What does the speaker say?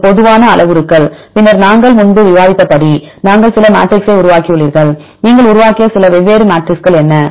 இது பொதுவான அளவுருக்கள் பின்னர் நாங்கள் முன்பு விவாதித்தபடி நாங்கள் சில மேட்ரிக்ஸை உருவாக்கியுள்ளீர்கள் நீங்கள் உருவாக்கிய சில வெவ்வேறு மேட்ரிக்ஸ்கள் என்ன